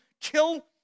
kill